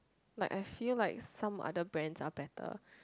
like I feel like some other brands are better